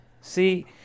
See